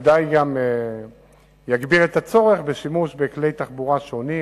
וזה ודאי יגביר את הצורך בשימוש בכלי תחבורה שונים,